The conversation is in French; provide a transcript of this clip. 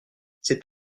c’est